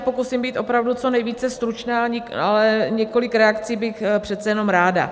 Pokusím se být opravdu co nejvíce stručná, ale několik reakcí bych přece jenom ráda.